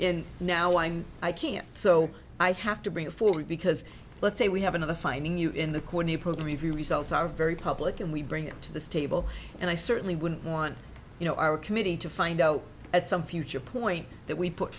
and now i'm i can't so i have to bring it forward because let's say we have another finding you in the corner you probably view results are very public and we bring it to the table and i certainly wouldn't want you know our committee to find out at some future point that we put